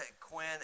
quinn